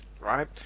right